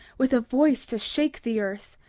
with a voice to shake the earth,